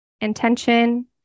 Intention